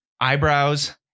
Eyebrows